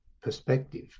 perspective